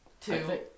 Two